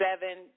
seven